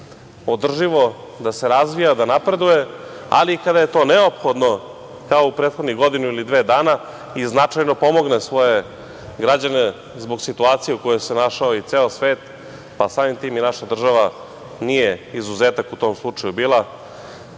način, održivo, da se razvija, da napreduje, ali i kada je to neophodno, kao u prethodnih godinu ili dve dana, i značajno pomogne svoje građane zbog situacije u kojoj se našao i ceo svet, a samim tim i naša država nije bila izuzetak u tom slučaju u